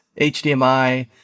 HDMI